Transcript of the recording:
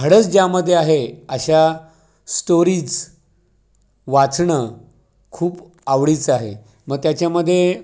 धाडस ज्यामध्ये आहे अशा स्टोरीज वाचणं खूप आवडीचं आहे मग त्याच्यामध्ये